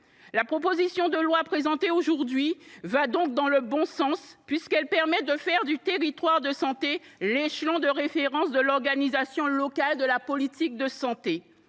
La proposition de loi présentée aujourd’hui va donc dans le bon sens, puisqu’elle permet de faire du territoire de santé l’échelon de référence de l’organisation locale de la politique de santé.